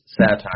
satire